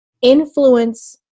influence